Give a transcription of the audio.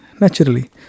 naturally